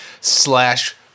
slash